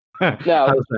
No